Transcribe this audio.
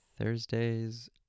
Thursday's